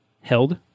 held